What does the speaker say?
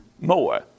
more